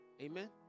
Amen